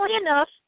enough